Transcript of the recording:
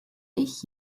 ich